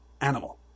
animal